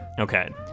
Okay